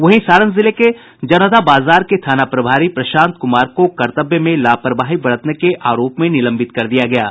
वहीं सारण जिले के जनता बाजार के थाना प्रभारी प्रशांत कुमार को कर्तव्य में लापरवाही बरतने के आरोप में निलंबित कर दिया गया है